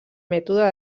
mètode